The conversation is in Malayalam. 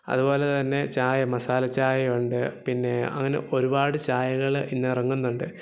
അതുപോലെ തന്നെ ചായ മസാല ചായ ഉണ്ട് പിന്നെ അങ്ങനെ ഒരുപാട് ചായകൾ ഇന്ന് ഇറങ്ങുന്നുണ്ട്